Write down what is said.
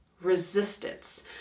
resistance